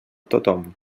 tothom